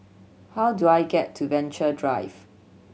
how do I get to Venture Drive